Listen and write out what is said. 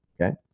okay